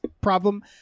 problem